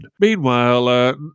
Meanwhile